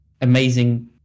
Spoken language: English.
amazing